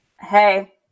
Hey